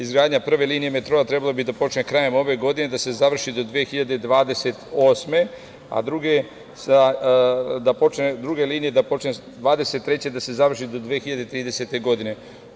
Izgradnja prve linije metroa trebalo bi da počne krajem ove godine, da se završi do 2028. godine, a druge linije da počne 2023. godine, da se završi do 2030. godine.